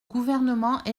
gouvernement